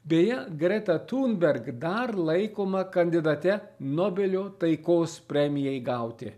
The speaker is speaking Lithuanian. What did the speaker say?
beje greta tunberg dar laikoma kandidate nobelio taikos premijai gauti